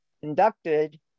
conducted